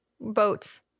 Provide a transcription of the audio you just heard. Boats